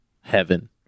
heaven